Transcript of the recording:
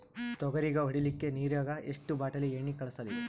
ತೊಗರಿಗ ಹೊಡಿಲಿಕ್ಕಿ ನಿರಾಗ ಎಷ್ಟ ಬಾಟಲಿ ಎಣ್ಣಿ ಕಳಸಲಿ?